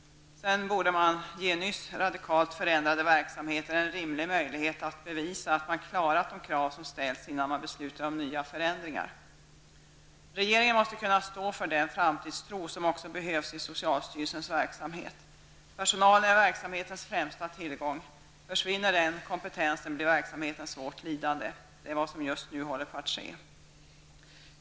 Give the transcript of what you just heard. Sedan borde man ge nyss radikalt förändrade verksamheter en rimlig möjlighet att bevisa att man klarat de krav som ställts innan man beslutar om nya förändringar. Regeringen måste kunna stå för den framtidstro som också behövs i socialstyrelsens verksamhet. Personalen är verksamhetens främsta tillgång. Försvinner den kompetensen blir verksamheten svårt lidande. Det är vad som just nu håller på att ske.